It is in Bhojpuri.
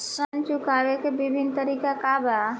ऋण चुकावे के विभिन्न तरीका का बा?